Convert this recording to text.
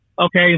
Okay